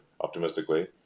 optimistically